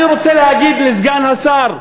אני רוצה להגיד לסגן השר,